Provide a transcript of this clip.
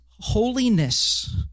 holiness